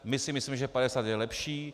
My si myslíme, že 50 je lepší.